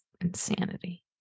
insanity